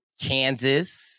Kansas